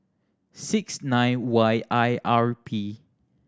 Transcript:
six nine Y I R P